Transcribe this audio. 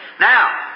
Now